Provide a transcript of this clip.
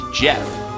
Jeff